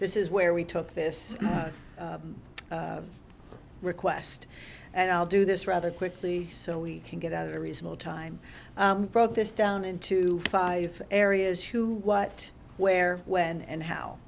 this is where we took this request and i'll do this rather quickly so we can get out of a reasonable time broke this down into five areas who what where when and how